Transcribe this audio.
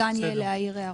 ניתן יהיה להעיר הערות.